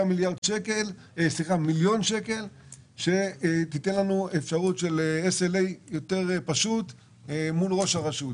מיליון שקלים והיא תפשט את הדברים מול ראש הרשות.